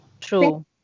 true